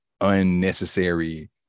unnecessary